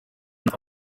apfa